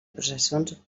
processons